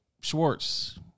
Schwartz